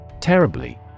Terribly